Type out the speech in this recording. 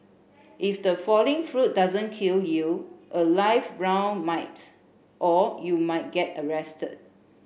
if the falling fruit doesn't kill you a live round might or you might get arrested